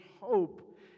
hope